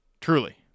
Truly